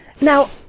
now